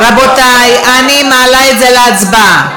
רבותי, אני מעלה את זה להצבעה.